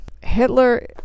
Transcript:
Hitler